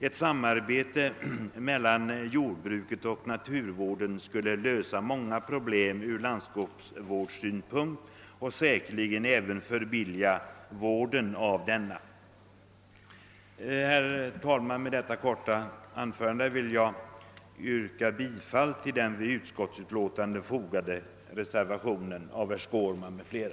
Ett samarbete mellan jordbruket och naturvården skulle lösa många problem ur landskapsvårdssynpunkt, och det skulle säkerligen även förbilliga denna vård. Herr talman! Med detta korta anförande vill jag yrka bifall till den vid utskottets utlåtande fogade reservationen av herr Skårman m.fl.